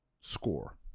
score